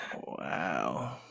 wow